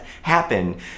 happen